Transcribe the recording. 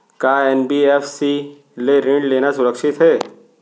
का एन.बी.एफ.सी ले ऋण लेना सुरक्षित हे?